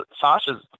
Sasha